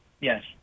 Yes